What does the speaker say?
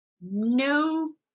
no